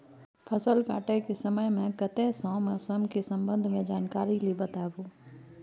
फसल काटय के समय मे कत्ते सॅ मौसम के संबंध मे जानकारी ली बताबू?